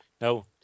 No